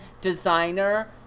designer